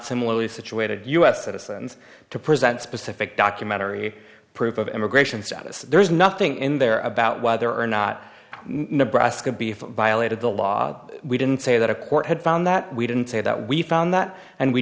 similarly situated u s citizens to present specific documentary proof of immigration status there is nothing in there about whether or not nebraska before violated the law we didn't say that a court had found that we didn't say that we found that and we